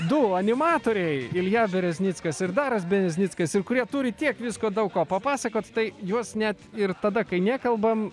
du animatoriai ilja bereznickas ir daras bereznickas ir kurie turi tiek visko daug ko papasakot tai juos net ir tada kai nekalbam